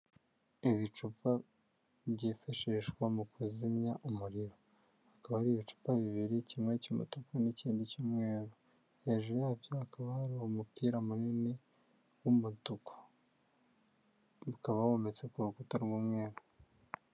Ibicupa byifashishwa mu kuzimya umuriro, hakaba hari ibicupa bibiri kimwe cy'umuta n'ikindi cyumweru, hejuru yabyo hakaba hari umupira munini w'umutuku, ukaba wometse ku rukuta rw'umweru.